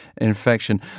infection